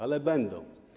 Ale będą.